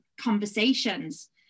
conversations